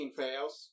fails